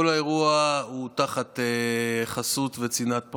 כל האירוע הוא תחת חסות צנעת הפרט.